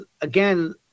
again